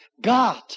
God